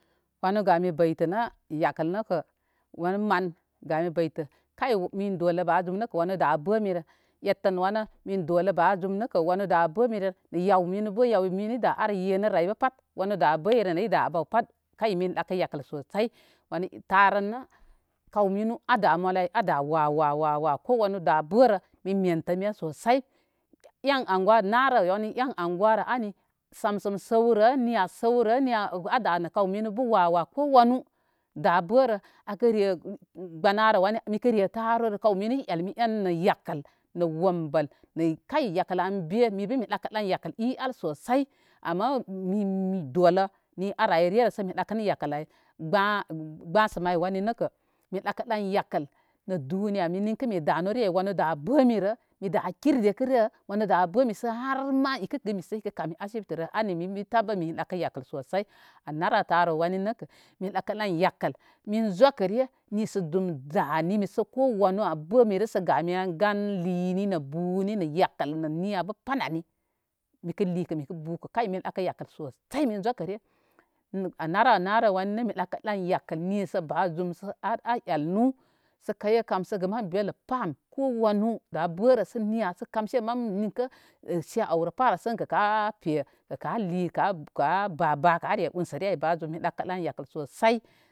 Wani gami bəitənə yakəl nə kə, wanə mangamibəitə kay min dolə ba zum nəkə wanə da bəmirə. Ettən wənə mi dole ba zum nəkə yaw binu bə yaw mini ar yenərə ay bə pat wanə da bəirə nə ii da abə ay pat min dəkə yakəl sam tarən nə kaw minu a da mallu ay ada wa wa wa ko wanu da bərə mi mentə men sosai en anguwarə narən wani en anguwarə ani samsən səwrə niya səwrə ada nə kaw minu bə wa wa ko wanu bə da bərə. Gbənarə wani mikə re tarorə ka wwanu elmi el nə yakəl nə wəmbəl nə kay yakəl an bemi mi bə me dəkə dən yakəl i al sosai ama mi mi dolə ni ar ayre rə. Gbənsə may wanu nəkə mi dəkədən yakəl nə duniya ni ninkə mi da nu re ay wanə da bəmirə mikə da kir dikərə har ma ikə tə ən i kami asibitirə ani inbi tan bə min dəkə yakəl sosai. Anarə tarə wani nəkə mi dəkə dən yakal- min zokəre nisə zum da nimi sə ko wanu da bə mirə, gami gan lini nə boni nə yakəl bə nə niya bə niya bə pat, kay min dəkə yakəl min zokəre. An narə narə wani nə min dəkə yakəl nisə ba zum sə arae inu sə pə e kamsəgə mam belə pa am ko wanu da bərə ninkə sé awrə pa sə ənkə ape sə kə ali kə a bá bá are unsərə re aw sosai